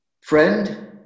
friend